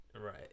Right